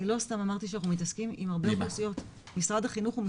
אני לא סתם אמרתי שאנחנו מתעסקים עם הרבה אוכלוסיות,